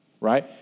right